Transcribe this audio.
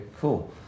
cool